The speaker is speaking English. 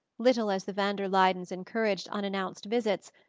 little as the van der luydens encouraged unannounced visits,